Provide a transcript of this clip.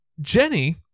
Jenny